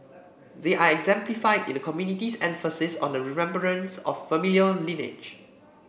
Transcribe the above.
they are exemplified in the community's emphasis on the remembrance of familial lineage